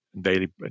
daily